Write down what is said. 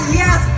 yes